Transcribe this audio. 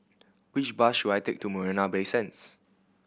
which bus should I take to Marina Bay Sands